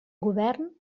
govern